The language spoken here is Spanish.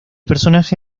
personaje